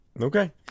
Okay